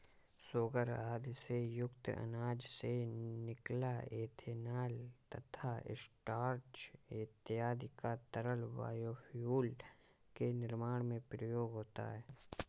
sugar आदि से युक्त अनाज से निकला इथेनॉल तथा स्टार्च इत्यादि का तरल बायोफ्यूल के निर्माण में प्रयोग होता है